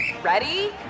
Ready